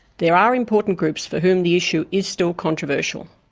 there are important groups for whom the issue is still controversial.